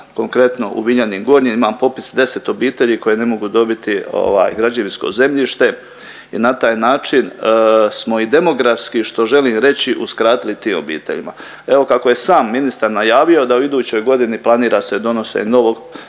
konkretno u Vinjani Gornjima imam popis deset obitelji koje ne mogu dobiti građevinsko zemljište i na taj način smo i demografski što želim reći uskratili tim obiteljima. Evo kako je sam ministar najavio da u idućoj godini planira se donošenje novog